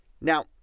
Now